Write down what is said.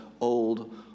old